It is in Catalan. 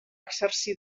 exercir